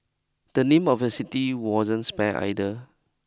the name of the city wasn't spared either